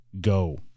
go